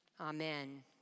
Amen